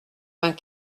vingt